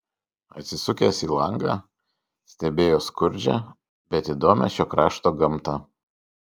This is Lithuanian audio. atsisukęs į langą stebėjo skurdžią bet įdomią šio krašto gamtą